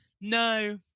no